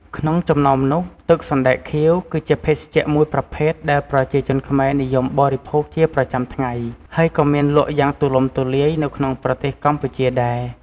ក្នុងចំណោមនោះ ទឹកសណ្ដែកខៀវ គឺជាភេសជ្ជៈមួយប្រភេទដែលប្រជាជនខ្មែរនិយមបរិភោគជាប្រចាំថ្ងៃ ហើយក៏មានលក់យ៉ាងទូលំទូលាយនៅក្នុងប្រទេសកម្ពុជាដែរ។